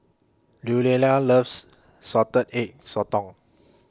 Luella loves Salted Egg Sotong